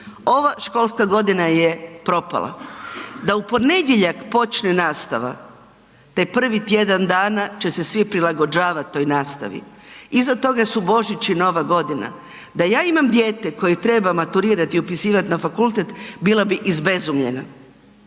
ova školska godina je propala, da u ponedjeljak počne nastava, taj prvi tjedan dana će se svi prilagođavat toj nastavi, iza tog su Božić i Nova Godina, da ja imam dijete koje treba maturirat i upisivat na fakultet bila bi izbezumljena,